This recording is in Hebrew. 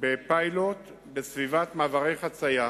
פיילוט בסביבת מעברי חצייה,